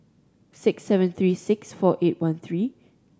six seven three six four eight one three